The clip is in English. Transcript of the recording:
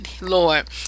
Lord